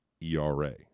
ERA